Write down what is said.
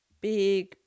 big